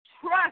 trust